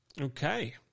Okay